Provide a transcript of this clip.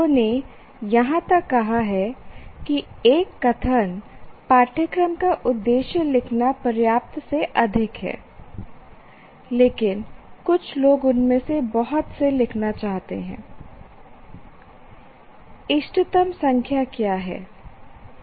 लोगों ने यहां तक कहा कि एक कथन पाठ्यक्रम का उद्देश्य लिखना पर्याप्त से अधिक है लेकिन कुछ लोग उनमें से बहुत से लिखना चाहते हैं इष्टतम संख्या क्या है